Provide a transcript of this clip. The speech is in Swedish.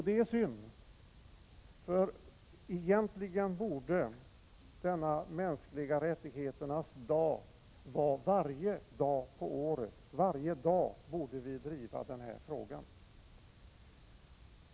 Det är synd, för egentligen borde denna mänskliga rättigheternas dag vara varje dag på året. Varje dag borde vi driva den här frågan.